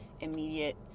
immediate